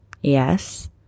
Yes